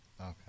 Okay